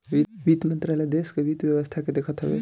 वित्त मंत्रालय देस के वित्त व्यवस्था के देखत हवे